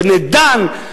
בני דן,